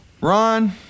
Ron